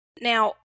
now